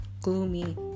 gloomy